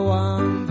one